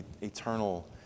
eternal